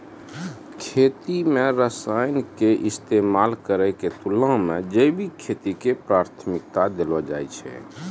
खेती मे रसायन के इस्तेमाल करै के तुलना मे जैविक खेती के प्राथमिकता देलो जाय छै